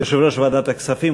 יושב-ראש ועדת הכספים,